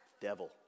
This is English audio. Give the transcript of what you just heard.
Devil